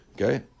Okay